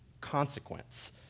consequence